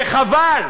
וחבל.